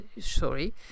sorry